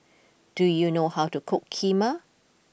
do you know how to cook Kheema